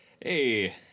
hey